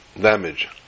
damage